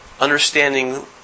understanding